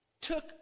took